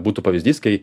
būtų pavyzdys kai